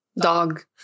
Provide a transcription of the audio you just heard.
Dog